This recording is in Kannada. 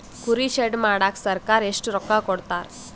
ಕುರಿ ಶೆಡ್ ಮಾಡಕ ಸರ್ಕಾರ ಎಷ್ಟು ರೊಕ್ಕ ಕೊಡ್ತಾರ?